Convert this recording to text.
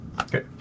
Okay